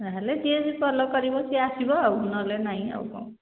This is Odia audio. ନହେଲେ ଯିଏ ଭଲ କରିବ ସିଏ ଆସିବ ଆଉ ନହେଲେ ନାଇଁ ଆଉ କ'ଣ